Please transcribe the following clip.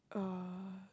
uh